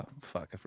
fuck